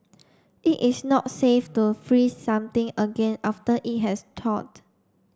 it is not safe to freeze something again after it has thawed